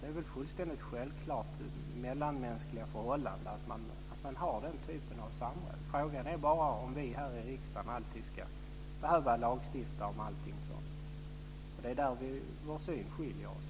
Det är väl fullständigt självklart i mellanmänskliga förhållanden att man har denna typ av samråd! Frågan är bara om vi här i riksdagen alltid ska behöva lagstifta om allting sådant. Det är där som våra synsätt skiljer sig.